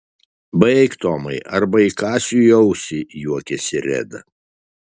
baik tomai arba įkąsiu į ausį juokėsi reda